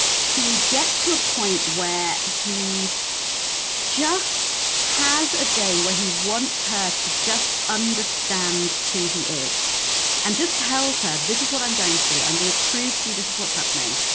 he gets to a point where he just has a day where he wants her to just understand who he is and just tells her, this is what i'm going through. i'm going to prove to you, this is what's happening.